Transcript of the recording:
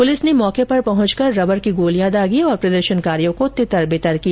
police ने मौके पर पहुंच रबर की गोलियां दागी और प्रदर्शनकारियों को तितर बितर किया